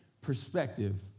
perspective